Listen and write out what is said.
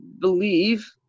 believe